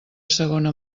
segona